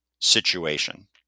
situation